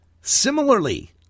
Similarly